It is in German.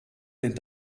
den